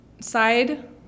side